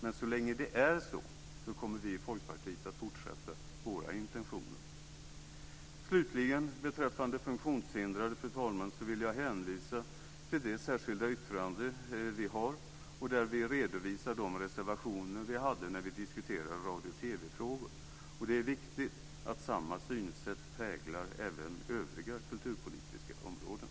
Men så länge det är så kommer vi i Folkpartiet att fortsätta våra intentioner. Fru talman! Slutligen när det gäller funktionshindrade vill jag hänvisa till det särskilda yttrande som vi har där vi redovisar de reservationer som vi hade när radio och TV-frågor behandlades. Det är viktigt att samma synsätt präglar även övriga kulturpolitiska områden.